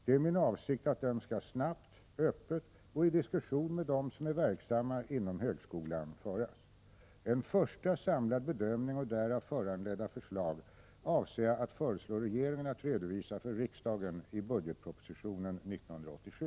Det är min avsikt att den skall ske snabbt, öppet och i diskussion med dem som är verksamma inom högskolan. En första samlad bedömning och därav föranledda förslag avser jag att föreslå regeringen att redovisa för riksdagen i budgetpropositionen 1987.